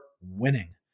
winning